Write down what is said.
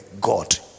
God